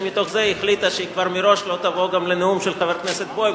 מתוך זה היא החליטה שכבר מראש היא לא תבוא גם לנאום של חבר הכנסת בוים,